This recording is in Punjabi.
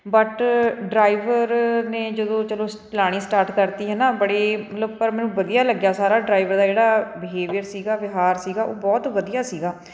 ਬਟ ਡਰਾਈਵਰ ਨੇ ਜਦੋਂ ਚੱਲੋ ਚਲਾਣੀ ਸਟਾਰਟ ਕਰਤੀ ਹੈ ਨਾ ਬੜੀ ਮਤਲਬ ਪਰ ਮੈਨੂੰ ਵਧੀਆ ਲੱਗਿਆ ਸਾਰਾ ਡਰਾਈਵਰ ਦਾ ਜਿਹੜਾ ਬਿਹੇਵੀਅਰ ਸੀਗਾ ਵਿਹਾਰ ਸੀਗਾ ਉਹ ਬਹੁਤ ਵਧੀਆ ਸੀਗਾ